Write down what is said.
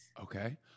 Okay